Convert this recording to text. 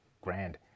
Grand